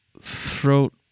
throat